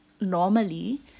normally